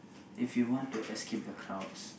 if you want to escape the crowds